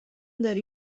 داری